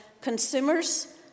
consumers